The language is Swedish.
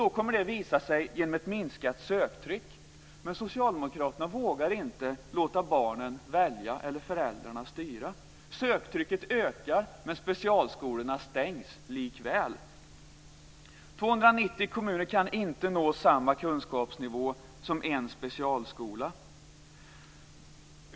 Det kommer att visa sig genom ett minskat söktryck. Men socialdemokraterna vågar inte låta barnen välja eller föräldrarna styra. Söktrycket ökar, men specialskolorna stängs likväl. 290 kommuner kan inte nå samma kunskapsnivå som en specialskola.